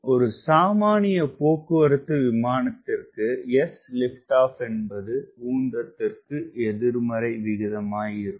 ஒரு சாமானிய போக்குவரத்து விமானத்திற்கு sLO என்பது உந்தத்திற்கு எதிர்மறை விகிதமாய் இருக்கும்